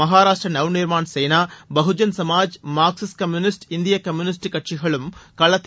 Maharashtra Navnirman Sena Bahujan Samaj Marxist communist இந்திய communist கட்சிகுளும் களத்தில் உள்ளன